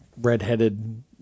redheaded